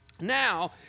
Now